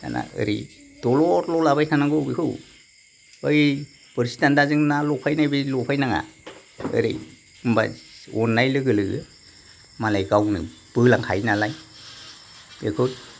दाना ओरै दलरल लाबाय थानांगौ बेखौ बै बोरसिदान्दाजों ना लफायनायबायदि लफायनो नाङा ओरै होमबाय आरनाय लोगो लोगो मालाय गावनो बोलांखायो नालाय बेखौ